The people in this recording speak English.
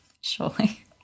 Surely